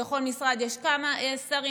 בכל משרד יש כמה שרים.